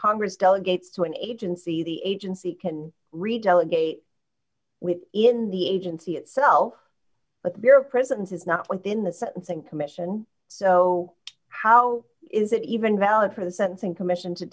congress delegates to an agency the agency can read delegate within the agency itself but their presence is not within the sentencing commission so how is that even valid for the sentencing commission to